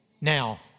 Now